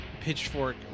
Pitchfork